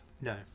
No